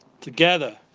together